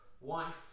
wife